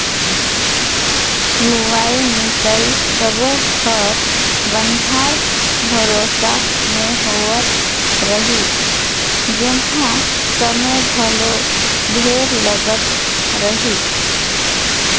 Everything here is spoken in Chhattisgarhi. लुवई मिंसई सब्बो हर बनिहार भरोसा मे होवत रिहिस जेम्हा समय घलो ढेरे लागत रहीस